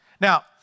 Now